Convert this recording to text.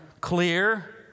clear